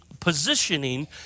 positioning